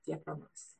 tiek anas